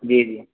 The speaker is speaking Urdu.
جی جی